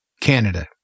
Canada